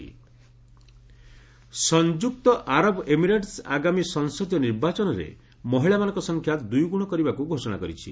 ୟୁଏନ୍ଇ FNC ସଂଯୁକ୍ତ ଆରବ Emirates ଆଗାମୀ ସଂସଦୀୟ ନିର୍ବାଚନରେ ମହିଳାମାନଙ୍କ ସଂଖ୍ୟା ଦୁଇଗୁଣ କରିବାକୁ ଘୋଷଣା କରିଛି